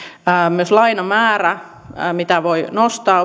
myös lainamäärää mitä opiskelija voi nostaa